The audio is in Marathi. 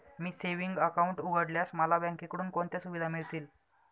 मी सेविंग्स अकाउंट उघडल्यास मला बँकेकडून कोणत्या सुविधा मिळतील?